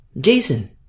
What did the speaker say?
Jason